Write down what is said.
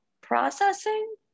processing